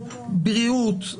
בריאות,